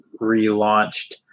relaunched